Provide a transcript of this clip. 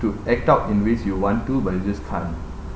to act out in ways you want to but you just can't